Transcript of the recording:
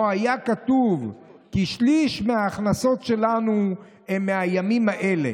בו היה כתוב כי שליש מההכנסות שלנו הן מהימים האלה.